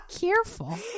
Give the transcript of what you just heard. Careful